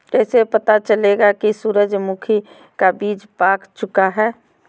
कैसे पता चलेगा की सूरजमुखी का बिज पाक चूका है?